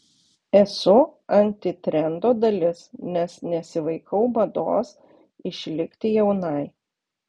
esu antitrendo dalis nes nesivaikau mados išlikti jaunai